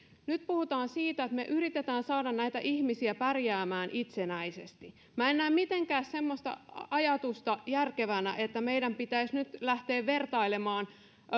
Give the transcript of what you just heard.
nyt puhutaan siitä että me yritämme saada nämä ihmiset pärjäämään itsenäisesti en näe mitenkään järkevänä semmoista ajatusta että meidän pitäisi nyt lähteä vertailemaan